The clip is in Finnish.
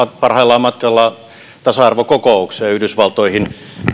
parhaillaan matkalla tasa arvokokoukseen yhdysvaltoihin